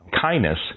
Kindness